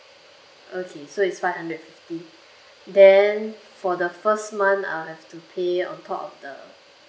okay so it's five hundred and fifty then for the first month I'll have to pay on top of the